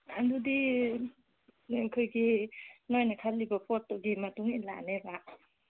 ꯑꯗꯨꯗꯤ ꯑꯩꯈꯣꯏꯒꯤ ꯅꯣꯏꯅ ꯈꯜꯂꯤꯕ ꯄꯣꯠꯇꯨꯒꯤ ꯃꯇꯨꯡ ꯏꯟꯂꯛꯑꯅꯦꯕ